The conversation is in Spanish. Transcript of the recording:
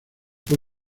fue